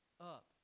up